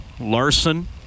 Larson